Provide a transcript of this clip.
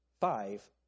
five